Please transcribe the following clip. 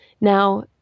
Now